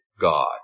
God